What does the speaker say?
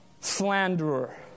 Slanderer